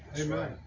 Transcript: Amen